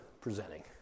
presenting